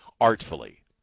artfully